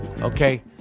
okay